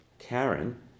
Karen